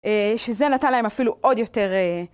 שזה נתן להם אפילו עוד יותר...